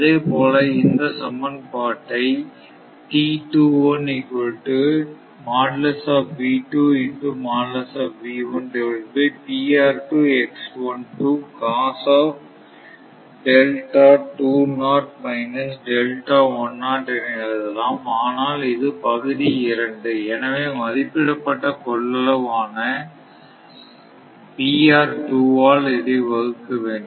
அதேபோல இந்த சமன்பாட்டை என எழுதலாம் ஆனால் இது பகுதி 2 எனவே மதிப்பிடப்பட்ட கொள்ளளவு ஆனஆல் இதை வகுக்க வேண்டும்